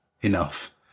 enough